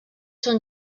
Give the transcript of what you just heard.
són